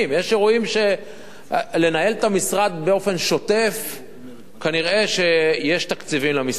לנהל את המשרד באופן שוטף כנראה יש תקציבים למשרדים.